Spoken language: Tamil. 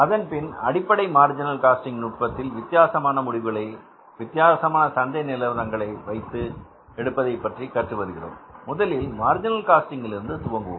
இதன்பின் அடிப்படை மார்ஜினல் காஸ்டிங் நுட்பத்தில் வித்தியாசமான முடிவுகளை வித்தியாசமான சந்தை நிலவரங்கள் எடுப்பதை பற்றி கற்று வருகிறோம் முதலில் மார்ஜினல் காஸ்டிங் இருந்து துவங்குவோம்